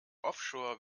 offshore